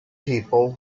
people